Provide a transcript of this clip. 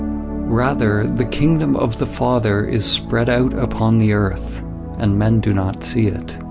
rather the kingdom of the father is spread out upon the earth and men do not see it.